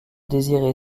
désiré